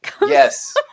Yes